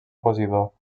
posidó